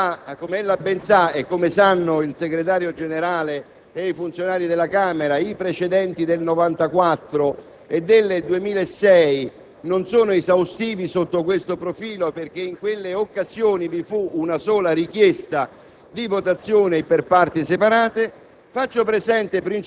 Faccio presente, Presidente, che, come ella ben sa e come sanno il Segretario generale e i funzionari del Senato, i precedenti del 1994 e del 2006 non sono esaustivi sotto questo profilo, perché in quelle occasioni vi fu una sola richiesta